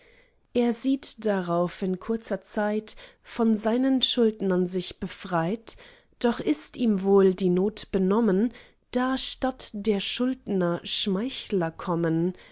er sieht darauf in kurzer zeit von seinen schuldnern sich befreit doch ist ihm wohl die not benommen da statt der schuldner schmeichler kommen